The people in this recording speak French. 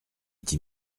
dit